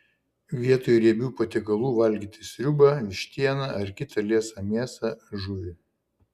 vietoj riebių patiekalų valgyti sriubą vištieną ar kitą liesą mėsą žuvį